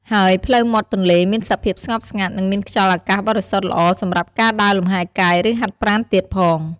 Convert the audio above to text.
ហើយផ្លូវមាត់ទន្លេមានសភាពស្ងប់ស្ងាត់ និងមានខ្យល់អាកាសបរិសុទ្ធល្អសម្រាប់ការដើរលំហែកាយឬហាត់ប្រាណទៀតផង។